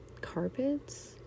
carpets